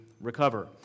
recover